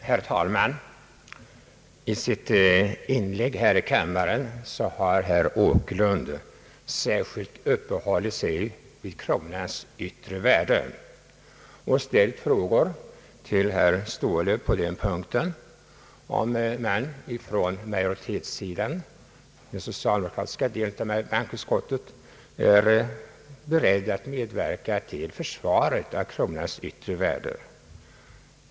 Herr talman! I sitt inlägg här i kammaren har herr Åkerlund särskilt uppehållit sig vid kronans yttre värde och ställt frågor till herr Ståhle om man från majoritetssidan, dvs. den socaldemokratiska delen av bankoutskottet, är beredd att medverka till försvaret av kronans yttre värde.